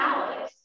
Alex